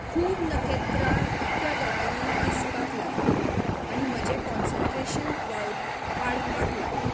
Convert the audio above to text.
खूब नखेत्रां उगट्यां दोळ्यांनी दिसपाक लागली आनी म्हजें काँसेंट्रेशन वाडपाक लागलें